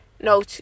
No